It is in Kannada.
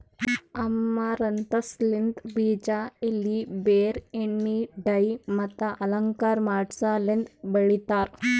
ಅಮರಂಥಸ್ ಲಿಂತ್ ಬೀಜ, ಎಲಿ, ಬೇರ್, ಎಣ್ಣಿ, ಡೈ ಮತ್ತ ಅಲಂಕಾರ ಮಾಡಸಲೆಂದ್ ಬೆಳಿತಾರ್